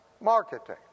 marketing